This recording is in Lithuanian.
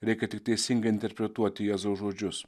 reikia tik teisingai interpretuoti jėzaus žodžius